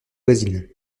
voisine